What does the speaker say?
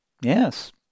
Yes